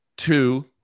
Two